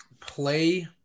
play –